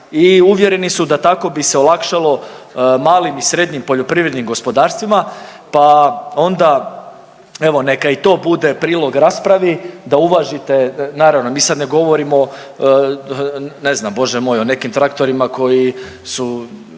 i uvjereni su da tako bi se olakšalo malim i srednjim poljoprivrednim gospodarstvima, pa onda evo neka i to bude prilog raspravi da uvažite, naravno mi sad ne govorimo, ne znam Bože moj o nekim traktorima koji su